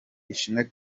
ishimwe